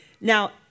Now